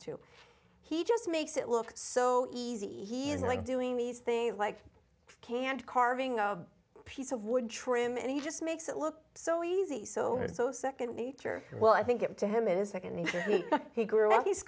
to he just makes it look so easy he's like doing these things like can't carving a piece of wood trim and he just makes it look so easy so so second nature well i think it to him is a he grew up he's